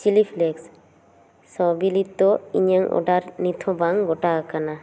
ᱪᱤᱞᱤ ᱯᱷᱞᱮᱠᱥ ᱥᱟᱶᱵᱤᱞᱤᱛᱚ ᱤᱧᱟᱹᱝ ᱚᱰᱟᱨ ᱱᱤᱛ ᱦᱚᱸ ᱵᱟᱝ ᱜᱚᱴᱟᱣ ᱟᱠᱟᱱᱟ